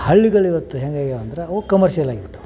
ಹಳ್ಳಿಗಳು ಇವತ್ತು ಹೆಂಗೆ ಆಗ್ಯಾವೆ ಅಂದ್ರೆ ಅವು ಕಮರ್ಶಿಯಲ್ ಆಗ್ಬಿಟ್ಟಾವೆ